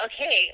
Okay